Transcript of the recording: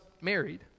married